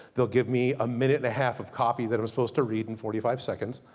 they'll give me a minute and a half of copy, that i'm supposed to read in forty five seconds.